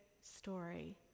story